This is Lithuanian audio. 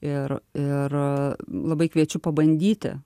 ir ir labai kviečiu pabandyti